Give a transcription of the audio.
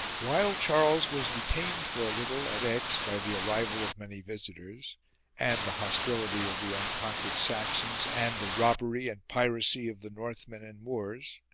while charles was detained for a little at aix by the arrival of many visitors and the hostility of the unconquered saxons and the robbery and piracy of the north men and moors,